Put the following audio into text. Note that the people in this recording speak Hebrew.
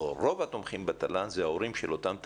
או רוב התומכים בתל"ן הם ההורים של אותם תלמידים,